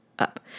up